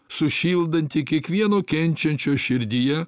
sušildanti kiekvieno kenčiančio širdyje